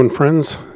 friends